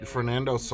Fernando